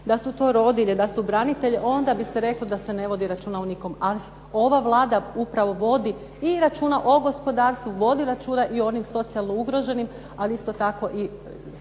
da su to rodilje, da su branitelji onda bi se reklo da se ne vodi računa o nikom, a ova Vlada upravo vodi i računa o gospodarstvu, vodi računa o onim socijalno ugroženim ali isto tako našim